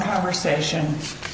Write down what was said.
conversation